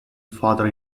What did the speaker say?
father